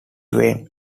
wayne